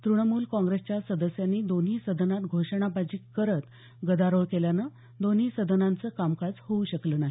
तृणमूल काँग्रेसच्या सदस्यांनी दोन्ही सदनात घोषणाबाजी गदारोळ घातल्यानं दोन्ही सदनांचं कामकाज होऊ शकलं नाही